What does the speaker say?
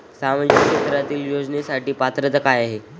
सामाजिक क्षेत्रांतील योजनेसाठी पात्रता काय आहे?